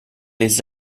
les